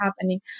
happening